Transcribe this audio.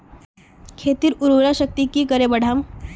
खेतीर उर्वरा शक्ति की करे बढ़ाम?